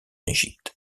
égypte